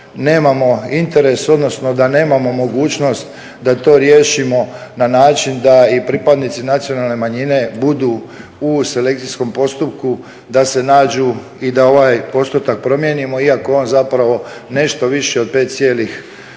nemamo interes odnosno da nemamo mogućnost da to riješimo na način da i pripadnici nacionalne manjine budu u selekcijskom postupku da se nađu i da ovaj postotak promijenimo. Iako je on zapravo nešto viši od 5,5%